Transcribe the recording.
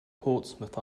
portsmouth